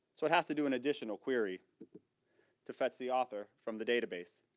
so it has to do an additional query to fetch the author from the database.